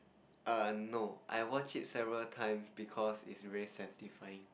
err no I watch it several times because it's very satisfying